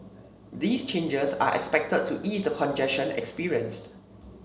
these changes are expected to ease the congestion experienced